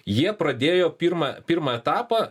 jie pradėjo pirmą pirmą etapą